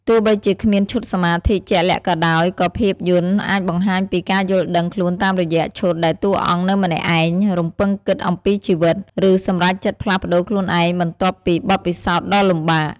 ទោះបីជាគ្មានឈុតសមាធិជាក់លាក់ក៏ដោយ ក៏ភាពយន្តអាចបង្ហាញពីការយល់ដឹងខ្លួនតាមរយៈឈុតដែលតួអង្គនៅម្នាក់ឯង រំពឹងគិតអំពីជីវិត ឬសម្រេចចិត្តផ្លាស់ប្ដូរខ្លួនឯងបន្ទាប់ពីបទពិសោធន៍ដ៏លំបាក។